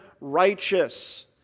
righteous